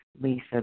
Lisa